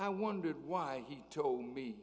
i wondered why he told me